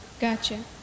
Gotcha